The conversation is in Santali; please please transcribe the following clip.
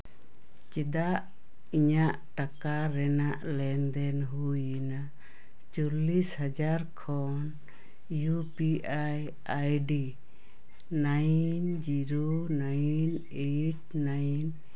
ᱪᱮᱫᱟᱜ ᱤᱧᱟᱜ ᱴᱟᱠᱟ ᱨᱮᱱᱟᱜ ᱞᱮᱱᱫᱮᱱ ᱦᱩᱭᱮᱱᱟ ᱪᱚᱞᱞᱤᱥ ᱦᱟᱡᱟᱨ ᱠᱷᱚᱱ U P I ID nine zero nine eight nine